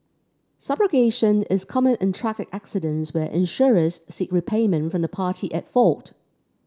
subrogation is common in traffic accidents where insurers seek repayment from the party at fault